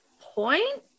point